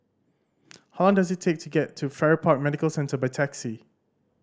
how long does it take to get to Farrer Park Medical Centre by taxi